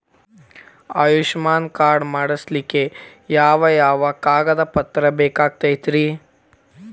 Ayushman card ಮಾಡ್ಸ್ಲಿಕ್ಕೆ ಯಾವ ಯಾವ ಕಾಗದ ಪತ್ರ ಬೇಕಾಗತೈತ್ರಿ?